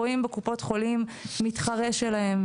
המרקחת ורואים בקופות החולים מתחרה שלהם,